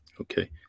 Okay